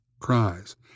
cries